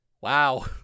Wow